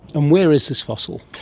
and where is this fossil?